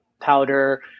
powder